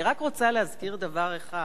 אני רק רוצה להזכיר דבר אחד,